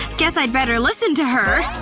guess i'd better listen to her.